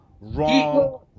wrong